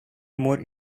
more